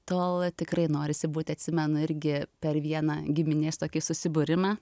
tol tikrai norisi būti atsimenu irgi per vieną giminės tokį susibūrimą